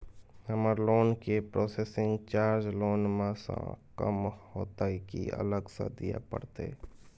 हमर लोन के processing charge loan म स कम होतै की अलग स दिए परतै?